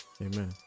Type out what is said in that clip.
Amen